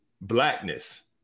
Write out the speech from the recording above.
blackness